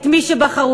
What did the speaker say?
את מי שבחרו,